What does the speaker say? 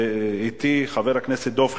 ואתי חבר הכנסת דב חנין,